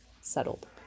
settled